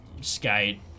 skate